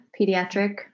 pediatric